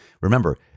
remember